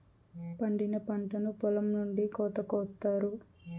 పండిన పంటను పొలం నుండి కోత కొత్తారు